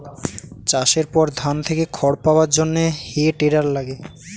চাষের পর ধান থেকে খড় পাওয়ার জন্যে হে টেডার লাগে